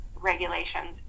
Regulations